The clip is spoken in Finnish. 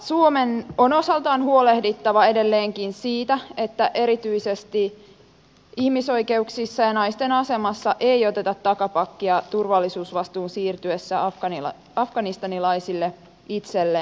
suomen on osaltaan huolehdittava edelleenkin siitä että erityisesti ihmisoikeuksissa ja naisten asemassa ei oteta takapakkia turvallisuusvastuun siirtyessä afganistanilaisille itselleen